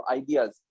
ideas